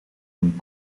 een